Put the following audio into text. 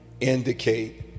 indicate